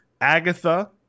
Agatha